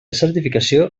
certificació